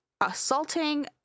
assaulting